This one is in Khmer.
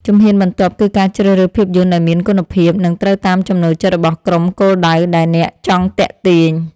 ជំហានបន្ទាប់ គឺការជ្រើសរើសភាពយន្តដែលមានគុណភាព និងត្រូវតាមចំណូលចិត្តរបស់ក្រុមគោលដៅដែលអ្នកចង់ទាក់ទាញ។